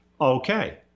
Okay